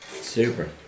Super